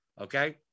Okay